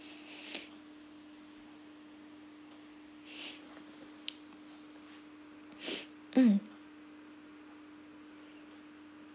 mm